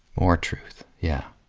more truth. yeah.